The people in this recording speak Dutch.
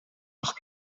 acht